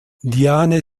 diane